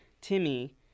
timmy